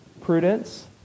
Prudence